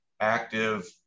active